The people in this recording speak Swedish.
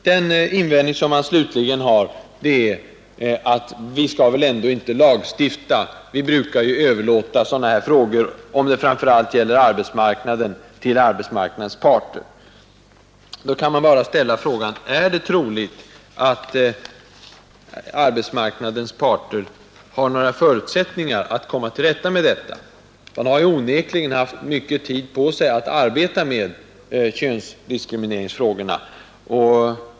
Den invändning som man slutligen gör är att vi väl ändå inte skall lagstifta. Vi brukar ju överlåta sådana här problem till arbetsmarknadens parter. Då kan man ställa frågan: Är det troligt att arbetsmarknadens parter har några förutsättningar att komma till rätta med detta? De har ju onekligen haft mycket god tid på sig att arbeta med könsdiskrimineringsfrågorna.